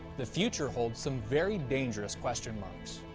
the future holds some very dangerous question marks.